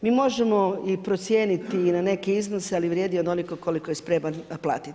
Mi možemo i procijeniti na neke iznose, ali vrijedi onoliko koliko je spreman platiti.